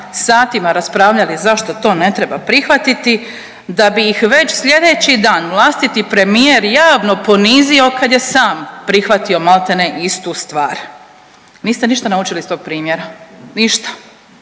satima raspravljali zašto to ne treba prihvatiti da bi ih već slijedeći dan vlastiti premijer javno ponizio kad je sam prihvatio maltene istu stvar. Niste ništa naučili iz tog primjera. Ništa.